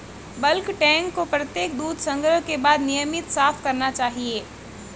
bulk tank को प्रत्येक दूध संग्रह के बाद नियमित साफ करना चाहिए